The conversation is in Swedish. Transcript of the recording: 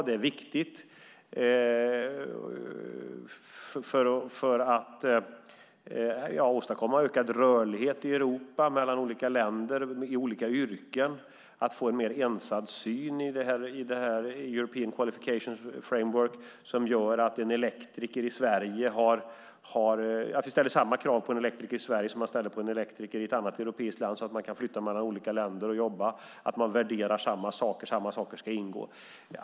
Det är viktigt för att åstadkomma ökad rörlighet i Europa mellan olika länder och i olika yrken, för att få en mer ensad syn i European Qualifications Framework som gör att vi ställer samma krav på en elektriker i Sverige som man ställer på en elektriker i ett annat europeiskt land, så att människor kan flytta mellan olika länder och jobba i och med att samma saker ska ingå i värderingen.